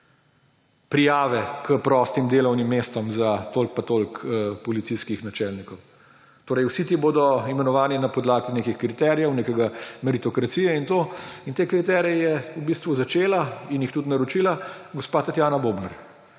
prijave k prostim delovnim mestom za toliko in toliko policijskih načelnikov. Torej vsi ti bodo imenovani na podlagi nekih kriterijev, neke meritokracije in to. In te kriterije je v bistvu začela in jih tudi naročila gospa Tatjana Bobnar.